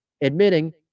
admitting